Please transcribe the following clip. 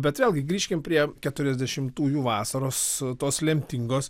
bet vėlgi grįžkime prie keturiasdešimtųjų vasaros tos lemtingos